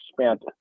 spent